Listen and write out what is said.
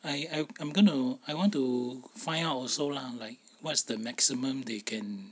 I I I'm going to I want to find out also lah like what's the maximum they can